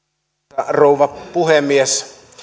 arvoisa rouva puhemies